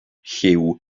llyw